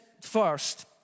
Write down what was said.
first